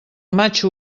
matxo